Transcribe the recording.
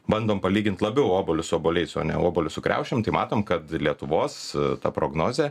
bandom palygint labiau obuolius su obuoliais o ne obuolius su kriaušėm tai matom kad lietuvos ta prognozė